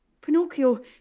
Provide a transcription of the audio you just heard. Pinocchio